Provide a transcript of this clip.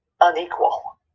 unequal